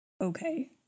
Okay